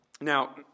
Now